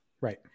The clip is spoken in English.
Right